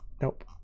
Nope